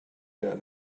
done